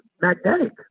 magnetic